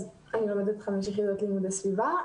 אז אני לומדת 5 יח' לימודי סביבה.